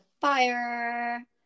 fire